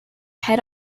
head